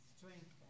Strength